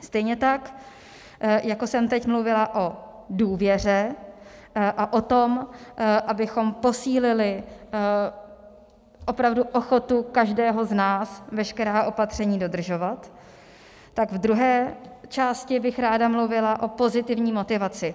Stejně tak jako jsem teď mluvila o důvěře a o tom, abychom posílili opravdu ochotu každého z nás veškerá opatření dodržovat, tak v druhé části bych ráda mluvila o pozitivní motivaci.